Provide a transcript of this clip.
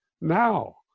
now